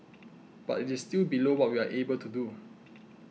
but it is still below what we are able to do